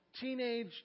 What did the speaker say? teenage